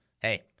hey